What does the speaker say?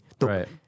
Right